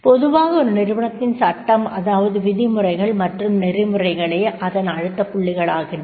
பொதுவாக ஒரு நிறுவனத்தின் சட்டம் அதாவது விதி முறைகள் மற்றும் நெறிமுறைகளே அதன் அழுத்த்ப் புள்ளிகளாகின்றன